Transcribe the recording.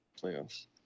playoffs